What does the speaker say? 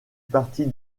partie